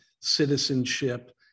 citizenship